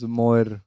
more